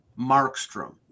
Markstrom